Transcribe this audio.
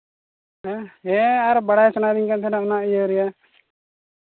ᱦᱮᱸ ᱟᱨ ᱵᱟᱲᱟᱭ ᱥᱟᱱᱟᱭᱮᱫᱤᱧ ᱠᱟᱱ ᱛᱟᱸᱦᱮᱱᱟ ᱚᱱᱟ ᱤᱭᱟᱹ ᱨᱮᱱᱟᱜ